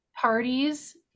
parties